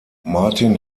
martin